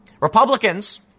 Republicans